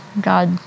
God